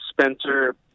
Spencer